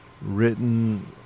written